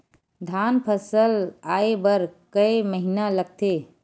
धान फसल आय बर कय महिना लगथे?